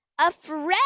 Afraid